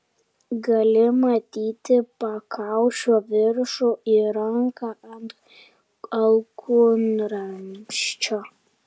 gali matyti pakaušio viršų ir ranką ant alkūnramsčio